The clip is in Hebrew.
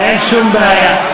אין שום בעיה.